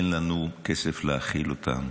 אין לנו כסף להאכיל אותם.